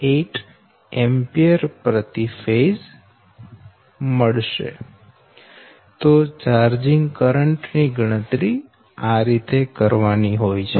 8 Aphase તો charging current ની ગણતરી આ રીતે કરવાની હોય છે